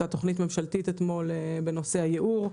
אתמול עלתה תוכנית ממשלתית בנושא הייעור.